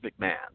McMahon